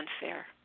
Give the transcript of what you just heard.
unfair